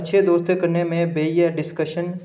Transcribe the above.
अच्छे दोस्तें कन्नै में बेहियै डिस्कशन